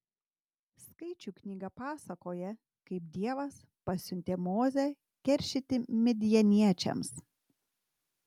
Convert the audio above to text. skaičių knyga pasakoja kaip dievas pasiuntė mozę keršyti midjaniečiams